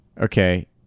Okay